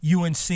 UNC